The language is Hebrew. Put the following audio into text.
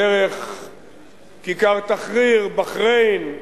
דרך כיכר תחריר, בחריין,